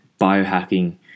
biohacking